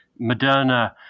Moderna